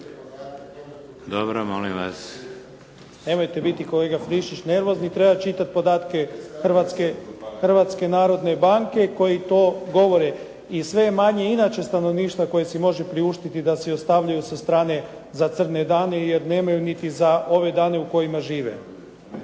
Dobro, molim vas.